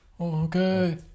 Okay